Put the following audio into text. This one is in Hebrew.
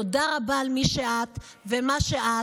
תודה רבה על מי שאת ומה שאת.